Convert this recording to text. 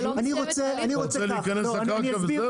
אתה רוצה להיכנס לקרקע וזהו?